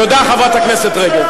תודה, חברת הכנסת תירוש.